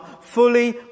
fully